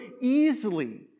easily